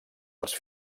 dels